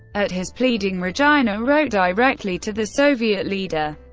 at his pleading, regina wrote directly to the soviet leader,